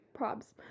Probs